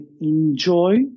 enjoy